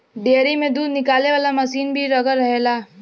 dairy में दूध निकाले वाला मसीन भी लगल रहेला